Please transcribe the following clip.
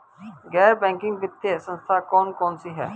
गैर बैंकिंग वित्तीय संस्था कौन कौन सी हैं?